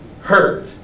hurt